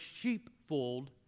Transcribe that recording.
sheepfold